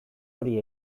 hori